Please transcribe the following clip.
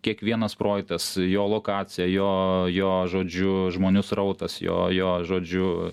kiekvienas projektas jo lokacija jo jo žodžiu žmonių srautas jo jo žodžiu